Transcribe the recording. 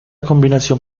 combinación